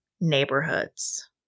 neighborhoods